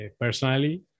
personally